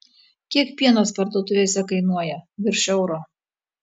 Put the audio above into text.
kiek pienas parduotuvėse kainuoja virš euro